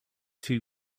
two